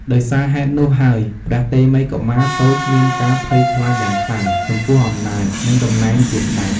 ដោយសារហេតុនោះហើយ ព្រះតេមិយកុមារតូចមានការភ័យខ្លាចយ៉ាងខ្លាំងចំពោះអំណាច និងតំណែងជាស្តេច។